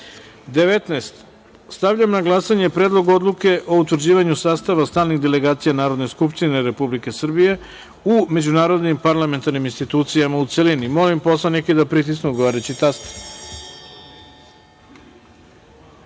reda. Stavljam na glasanje Predlog odluke o utvrđivanju sastava stalnih delegacija Narodne skupštine Republike Srbije u međunarodnim parlamentarnim institucijama, u celini. Molim narodne poslanike da pritisnu odgovarajući